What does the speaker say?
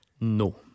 No